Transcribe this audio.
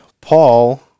Paul